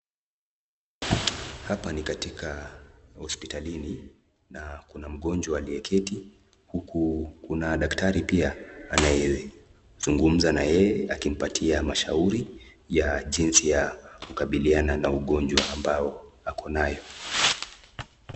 Hapa ni katika hospitalini na kuna mgonjwa aliyeketi huku kuna daktari pia anayezungumza na yeye akimpatia mashauri ya jinsi ya kukabiliana na ugonjwa ambao ako nayo.